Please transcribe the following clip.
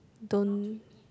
don't